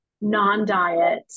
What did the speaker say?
non-diet